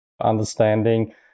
understanding